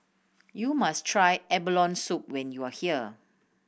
you must try abalone soup when you are here